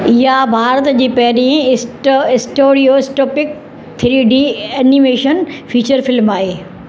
इहा भारत जी पहिरीं इस्टो इस्टोरियोस्टोपिक three D animation feature film